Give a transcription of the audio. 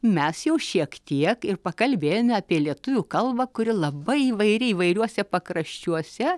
mes jau šiek tiek ir pakalbėjome apie lietuvių kalbą kuri labai įvairi įvairiuose pakraščiuose